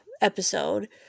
episode